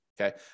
okay